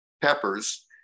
peppers